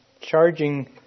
charging